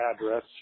address